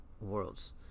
worlds